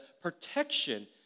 protection